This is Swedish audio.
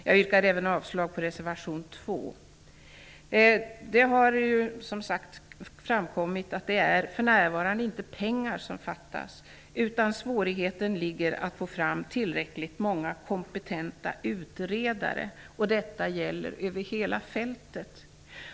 Jag yrkar även avslag på reservation 2. Det har som sagt framkommit att det för närvarande inte är pengar som fattas, utan svårigheten ligger i att få fram tillräckligt många kompetenta utredare. Detta gäller över hela fältet.